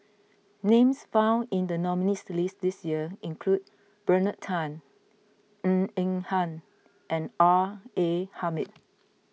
names found in the nominees' list this year include Bernard Tan Ng Eng Hen and R A Hamid